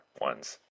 ones